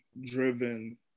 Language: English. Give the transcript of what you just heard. driven